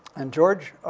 and george,